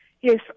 Yes